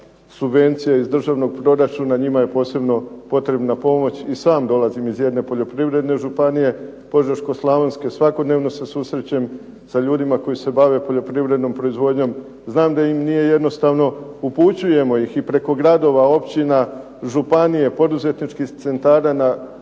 subvencija iz državnog proračuna njima je posebno potreba pomoć. I sam dolazim iz jedne poljoprivredne županije Požeško-slavonske, svakodnevno se susrećem sa ljudima koji se bave poljoprivrednom proizvodnjom. Znam da im nije jednostavno. Upućujemo ih i preko gradova, općina, županije, poduzetničkih centara na